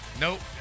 Nope